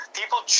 people